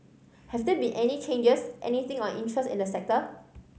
have there been any changes anything of interest in the sector